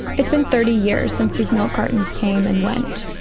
it's been thirty years since these milk cartons came and went.